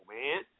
man